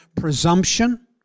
presumption